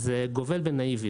זה גובל בנאיביות.